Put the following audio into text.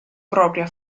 propria